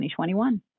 2021